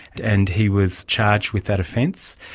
and he was charged with that offence.